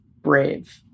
brave